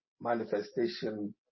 manifestation